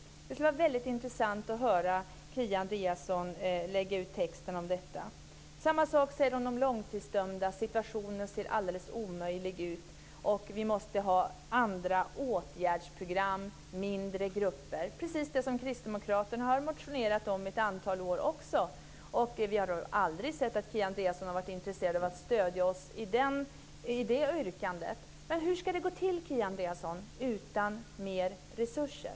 Det skulle vara väldigt intressant att höra Kia Andreasson lägga ut texten om detta. Samma sak säger hon om långtidsdömdas situation: Den ser helt omöjlig ut, och vi måste ha andra åtgärdsprogram och mindre grupper. Det är precis det som Kristdemokraterna har motionerat om ett antal år. Vi har aldrig sett att Kia Andreasson har varit intresserad av att stödja oss i det yrkandet. Hur ska det gå till, Kia Andreasson, utan mer resurser?